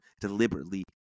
deliberately